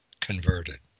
converted